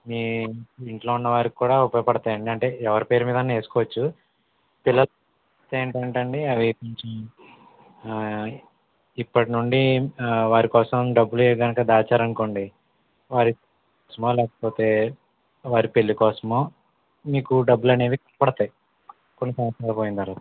మీ ఇంట్లో ఉన్న వారికి కూడా ఉపయోగపడతాయండి అంటే ఎవరి పేరు మీదైనా వేసుకోవచ్చు పిల్లలు ఏంటంటే అండి అవి ఇప్పటి నుండి వారి కోసం డబ్బులు కనుక దాచారనుకొండి వారి చదువు కోసమో లేకపోతే వాళ్ళ పెళ్ళి కోసమో మీకు డబ్బులు అనేవి ఉపయోగపడతాయి కొన్ని సంవత్సరాలు పోయిన తర్వాత